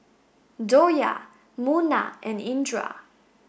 Joyah Munah and Indra